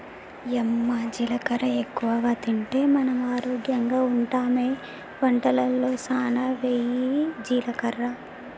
యమ్మ జీలకర్ర ఎక్కువగా తింటే మనం ఆరోగ్యంగా ఉంటామె వంటలలో సానా వెయ్యి జీలకర్ర